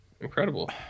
Incredible